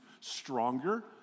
stronger